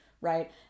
right